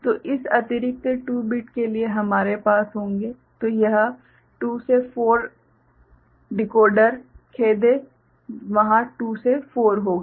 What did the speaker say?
तो इस अतिरिक्त 2 बिट्स के लिए हमारे पास होंगे तो यह एक 2 से 4 डिकोडर खेद है वहाँ 2 से 4 होगा